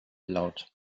laut